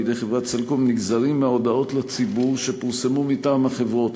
בידי חברת "סלקום" נגזרים מההודעות לציבור שפורסמו מטעם החברות.